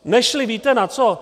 Nešly víte na co?